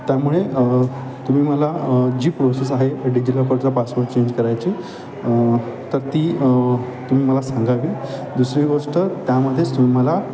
त्यामुळे तुम्ही मला जी प्रोसेस आहे डीजिलॉकरचा पासवर्ड चेंज करायची तर ती तुम्ही मला सांगावी दुसरी गोष्ट त्यामध्येच तुम्ही मला